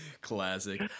Classic